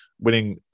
winning